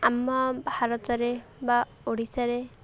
ଆମ ଭାରତରେ ବା ଓଡ଼ିଶାରେ